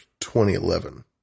2011